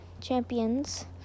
champions